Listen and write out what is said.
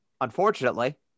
unfortunately